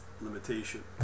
limitation